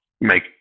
make